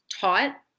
taught